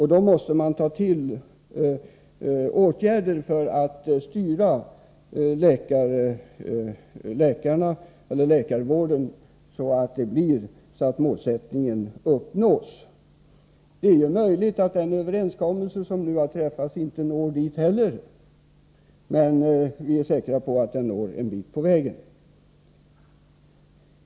Då måste man ta till åtgärder för att styra läkarvården, så att målsättningen uppnås. Det är möjligt att man inte heller genom den överenskommelse som nu har träffats når det här målet. Men vi är säkra på att man når en bit på väg.